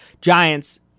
Giants